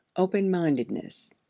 open-mindedness.